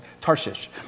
Tarshish